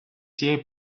цієї